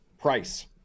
price